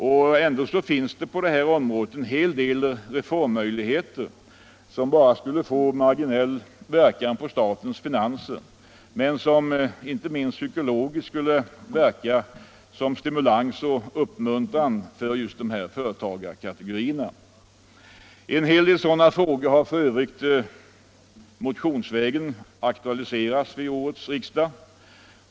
Och ändå finns det på detta område en hel rad reformmöjligheter, som bara skulle få marginell verkan på statens finanser men som inte minst psykologiskt skulle verka som en stimulans och en uppmuntran för de mindre och medelstora företagen. En del sådana frågor har aktualiserats motionsvägen vid årets riksdag.